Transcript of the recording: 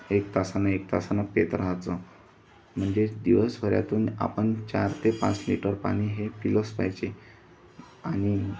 एक तासानं एक तासानं पित राहायचं म्हणजेच दिवसभरातून आपण चार ते पाच लिटर पाणी हे पिलंच पाहिजे आणि